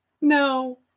No